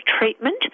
treatment